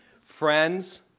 Friends